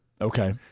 Okay